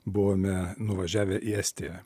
buvome nuvažiavę į estiją